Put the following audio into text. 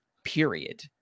Period